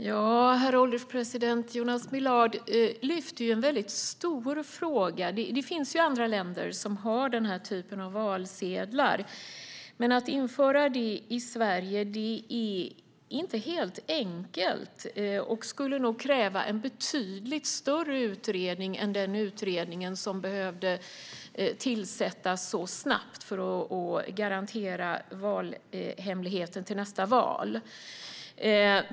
Herr ålderspresident! Jonas Millard lyfter en stor fråga. Det finns andra länder som har den här typen av valsedlar, men att införa samma system i Sverige är inte helt enkelt och skulle nog kräva en betydligt större utredning än den som behövde tillsättas så snabbt för att garantera valhemligheten till nästa val.